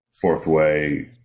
fourth-way